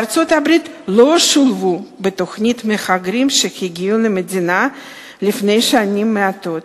בארצות-הברית לא שולבו בתוכנית מהגרים שהגיעו למדינה לפני שנים מעטות,